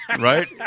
Right